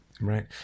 Right